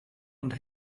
und